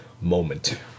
moment